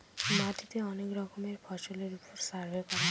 মাটিতে অনেক রকমের ফসলের ওপর সার্ভে করা হয়